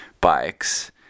bikes